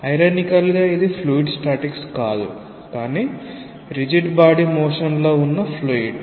ఐరాణికల్ గా ఇది fluid statics కాదు కానీ రిజిడ్ బాడీ మోషన్ లో ఉన్న ఫ్లూయిడ్